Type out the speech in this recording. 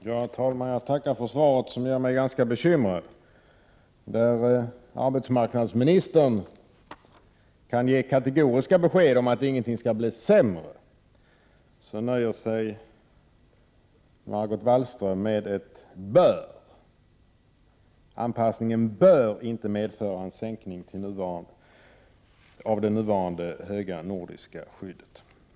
Herr talman! Jag tackar för svaret, som gör mig ganska bekymrad. Där arbetsmarknadsministern kan ge kategoriska besked om att ingenting skall bli sämre så nöjer sig Margot Wallström med ett ”bör” — anpassningen bör inte medföra en sänkning av det nuvarande höga nordiska skyddet.